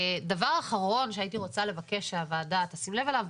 דבר אחרון שהייתי רוצה לבקש שהוועדה תשים לב אליו,